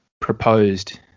proposed